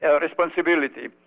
responsibility